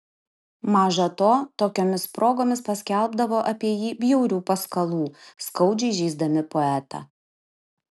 maža to tokiomis progomis paskelbdavo apie jį bjaurių paskalų skaudžiai žeisdami poetą